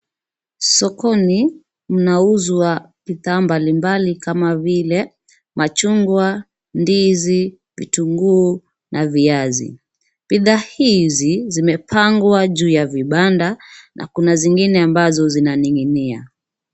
Sokoni kunauzwa bidhaa mbalimbali kama vile machungwa, ndizi, vitunguu na viazi. Bidhaa hizi zimepangwa juu ya vibanda na kuna zingine ambazo zinaning'inia.